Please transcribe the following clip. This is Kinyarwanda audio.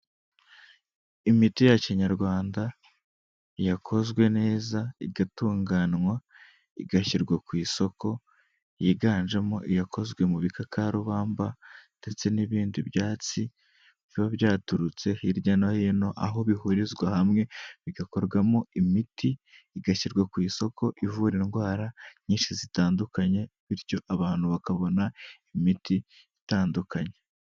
Imiti ya kinyarwanda yakozwe neza igatunganywa, igashyirwa ku isoko, yiganjemo iyakozwe mu bikakarubamba ndetse n'ibindi byatsi, biba byaturutse hirya no hino, aho bihurizwa hamwe bigakorwamo imiti, igashyirwa ku isoko, ivura indwara nyinshi zitandukanye bityo abantu bakabona imiti itandukanye.